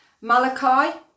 Malachi